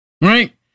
Right